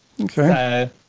Okay